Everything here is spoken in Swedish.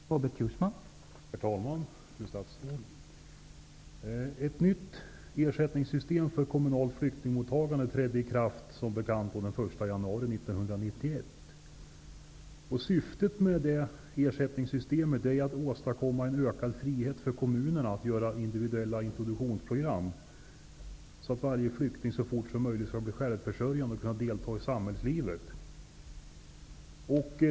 Herr talman! Fru statsråd! Ett nytt ersättningssystem för kommunalt flyktingmottagande trädde som bekant i kraft den 1 januari 1991. Syftet med detta ersättningssystem är att man skall åstadkomma en ökad frihet för kommunerna att göra individuella introduktionsprogram, så att varje flykting så fort som möjligt skall bli självförsörjande och kunna delta i samhällslivet.